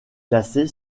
classée